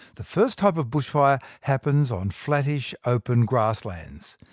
the first type of bushfire happens on flattish open grasslands.